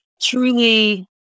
truly